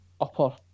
upper